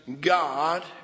God